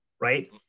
right